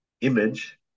image